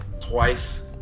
twice